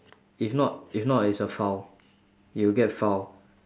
if not if not it's a foul you'll get foul